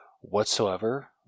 whatsoever